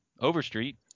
Overstreet